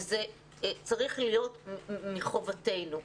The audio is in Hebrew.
וזה צריך להיות מחובתנו.